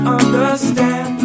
understand